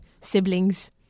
siblings